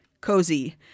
cozy